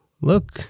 look